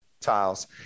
Tiles